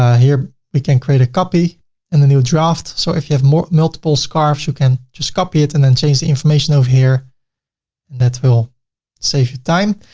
ah here, we can create a copy and the new draft. so if you have more multiple scarfs, you can just copy it and then change the information over here and what will save your time.